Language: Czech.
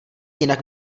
jinak